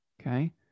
okay